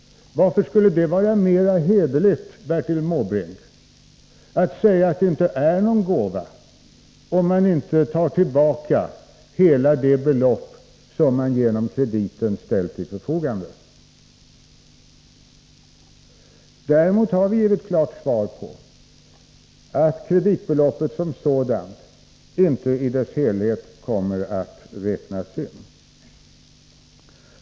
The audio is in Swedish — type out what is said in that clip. Varför skulle det vara mera hederligt, Bertil Måbrink, att säga att det inte är någon gåva, när man inte tar tillbaka hela det belopp som genom krediten har ställts till förfogande? Däremot kommer kreditbeloppet som sådant inte att räknas in i sin helhet, vilket vi har gett ett klart besked om.